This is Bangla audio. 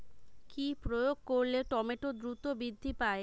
কি প্রয়োগ করলে টমেটো দ্রুত বৃদ্ধি পায়?